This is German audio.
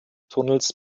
tunnels